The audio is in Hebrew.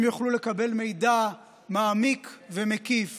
הם יוכלו לקבל מידע מעמיק ומקיף